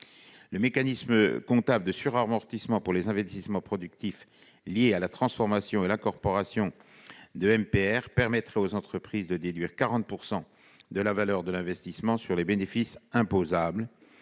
Le mécanisme comptable de suramortissement pour les investissements productifs liés à la transformation et l'incorporation de MPR permettrait aux entreprises de déduire 40 % de la valeur de l'investissement sur le bénéfice imposable.